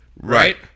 Right